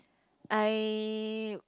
I